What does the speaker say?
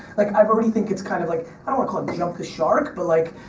like i already think it's kind of like, i don't wanna call it jump the shark, but like,